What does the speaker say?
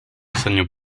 senyor